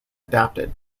adapted